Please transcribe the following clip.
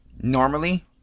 Normally